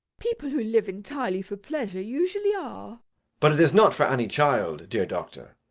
people who live entirely for pleasure usually are but it is not for any child, dear doctor.